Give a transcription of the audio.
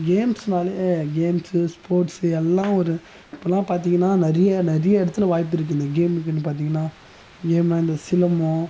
கேம்ஸ்னாலே games sports எல்லாம் ஒரு இப்பெல்லாம் பார்த்தீங்கன்னா நிறைய நிறைய இடத்துல வாய்ப்பு இருக்குது இந்த கேம்க்குனு பார்த்தீங்கனா கேம்னா இந்த சிலமம்